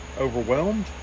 overwhelmed